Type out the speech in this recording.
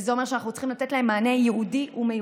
וזה אומר שאנחנו צריכים לתת לאוכלוסייה הזאת מענה ייעודי ומיוחד,